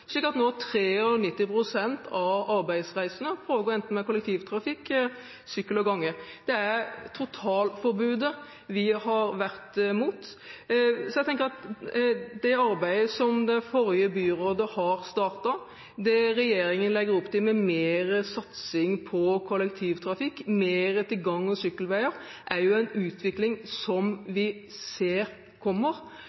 slik at 93 pst. av arbeidsreisene nå foregår enten med kollektivtrafikk, sykkel eller gange. Det er totalforbudet vi har vært imot. Jeg tenker at det arbeidet som det forrige byrådet har startet, og det regjeringen legger opp til med mer satsing på kollektivtrafikk og mer til gang- og sykkelveier, er en utvikling som vi ser kommer.